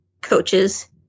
coaches